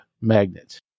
magnet